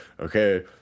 okay